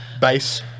base